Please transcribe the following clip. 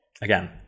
Again